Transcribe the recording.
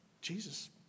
Jesus